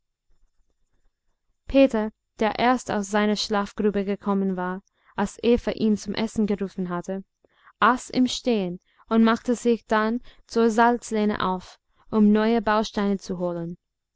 peter der erst aus seiner schlafgrube gekommen war als eva ihn zum essen gerufen hatte aß im stehen und machte sich dann zur salzlehne auf um neue bausteine zu holen